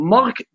Mark